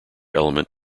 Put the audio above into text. element